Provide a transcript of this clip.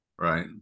Right